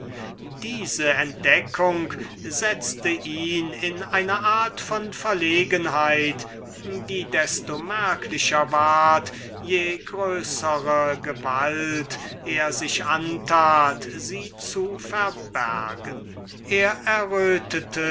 diese entdeckung setzte ihn in eine art von verlegenheit die desto merklicher wurde je größere gewalt er sich antat sie zu verbergen er